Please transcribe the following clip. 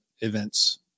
events